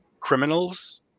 criminals